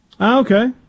Okay